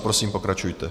Prosím, pokračujte.